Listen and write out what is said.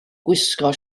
gwisgo